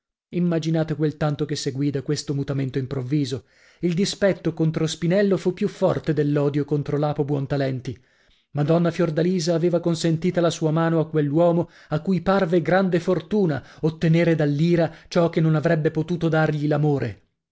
immaginate quel che seguì da questo mutamento improvviso il dispetto contro spinello fu più forte dell'odio contro lapo buontalenti madonna fiordalisa aveva consentita la sua mano a quell'uomo a cui parve grande fortuna ottenere dall'ira ciò che non avrebbe potuto dargli l'amore